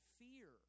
fear